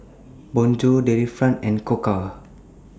Bonjour Delifrance and Koka